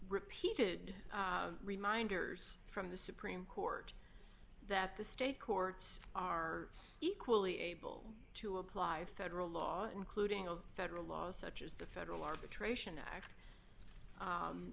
repeated reminders from the supreme court that the state courts are equally able to apply federal law including of federal laws such as the federal arbitration act num